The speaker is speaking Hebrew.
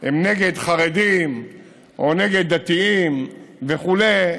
הם נגד חרדים או נגד דתיים וכו',